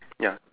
ya